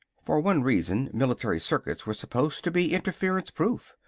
for one reason, military circuits were supposed to be interference-proof.